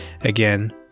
Again